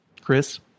Chris